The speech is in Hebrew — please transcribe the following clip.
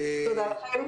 תודה לכם.